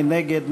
מי נגד?